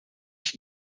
ich